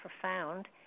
profound